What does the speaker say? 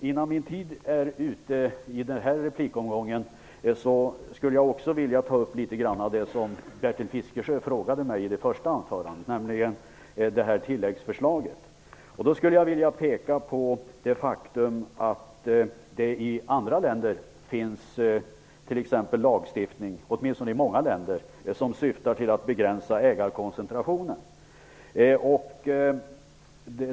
Innan min taletid är ute i denna replikomgång vill jag också litet grand beröra det tilläggsförslag som Bertil Fiskesjö frågade mig om i sitt första anförande. Jag vill peka på att det i många andra länder finns en lagstiftning som syftar till att begränsa ägarkoncentrationen.